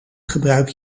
gebruik